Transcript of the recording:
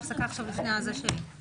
אין ההצעה להתפלגות סיעת ימינה לא נתקבלה.